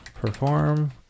perform